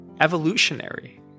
evolutionary